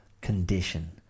condition